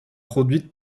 produite